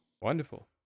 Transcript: Wonderful